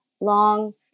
long